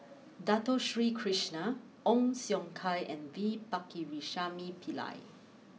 Dato Sri Krishna Ong Siong Kai and V Pakirisamy Pillai